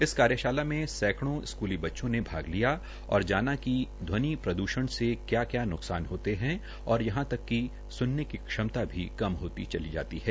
इस कार्यशाला में सैकड़ो स्कूली बच्चों ने भाग लिया और जान कि घ्वनि प्रद्षण क्या क्या न्कसान होते है और यहां तक स्नने की क्षमता भी कम होती चली जाती है